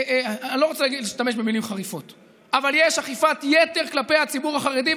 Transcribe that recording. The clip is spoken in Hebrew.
אני לא רוצה להשתמש במילים חריפות אבל יש אכיפת יתר כלפי הציבור החרדי,